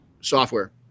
software